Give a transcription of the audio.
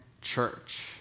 church